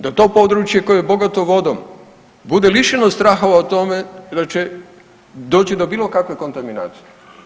Da to područje koje je bogato vodom bude lišeno straha o tome da će doći do bilo kakve kontaminacije.